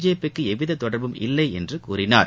ஜேபிக்கு எவ்வித தொடர்பும் இல்லை என்று கூறினார்